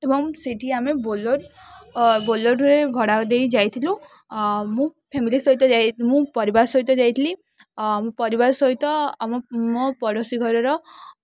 ଏବଂ ସେଇଠି ଆମେ ବୋଲେର ବୋଲେରରେ ଭଡ଼ା ଦେଇ ଯାଇଥିଲୁ ମୁଁ ଫ୍ୟାମିଲି ସହିତ ଯାଇ ମୁଁ ପରିବାର ସହିତ ଯାଇଥିଲି ମୋ ପରିବାର ସହିତ ଆମ ମୋ ପଡ଼ୋଶୀ ଘରର